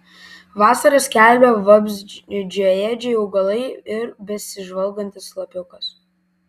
vasarą skelbia vabzdžiaėdžiai augalai ir besižvalgantis lapiukas